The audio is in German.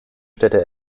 städte